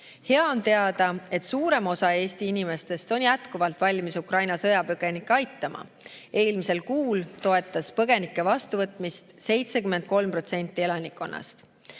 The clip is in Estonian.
Hea on teada, et suurem osa Eesti inimestest on jätkuvalt valmis Ukraina sõjapõgenikke aitama. Eelmisel kuul toetas põgenike vastuvõtmist 73% elanikkonnast.